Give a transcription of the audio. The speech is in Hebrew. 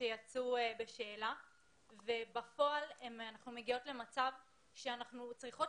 שיצאו בשאלה ובפועל אנחנו מגיעות למצב שאנחנו צריכות